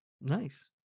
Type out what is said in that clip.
Nice